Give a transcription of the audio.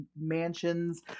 mansions